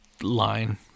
line